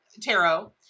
tarot